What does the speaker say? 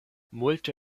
multo